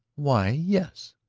why, yes,